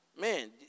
Man